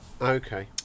okay